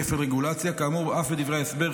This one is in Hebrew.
כפל רגולציה: כאמור אף בדברי ההסבר,